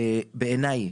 ובעיניי,